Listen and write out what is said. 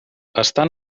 estan